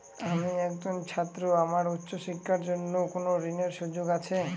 আমি একজন ছাত্র আমার উচ্চ শিক্ষার জন্য কোন ঋণের সুযোগ আছে?